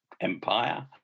empire